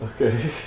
Okay